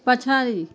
पछाडि